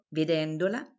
vedendola